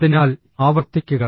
അതിനാൽ ആവർത്തിക്കുക